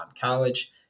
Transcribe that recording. college